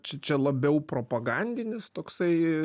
čia čia labiau propagandinis toksai